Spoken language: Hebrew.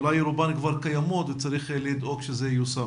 אולי רובן כבר קיימות וצריך לדאוג שהן ייושמו.